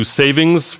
savings